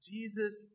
Jesus